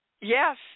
Yes